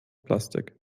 plastik